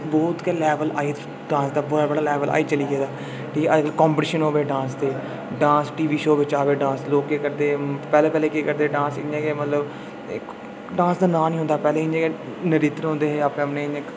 बहुत गै level high बड़ा बड़ा लेवल हाई चली गेदा कि अजकल कम्पीटिशन होआ दे डांस दे टीवी च डांस शो आवा दे लोकें करदे पैह्लें पैह्लें केह् करदे के डांस इ'यां गै मतलब डांस दा नांऽ निं होंदा पैह्लें इ'यां गै नर्तक होंदे हे अपने अपने